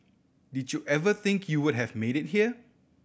did you ever think you would have made it here